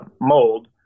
mold